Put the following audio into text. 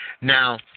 Now